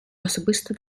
особисто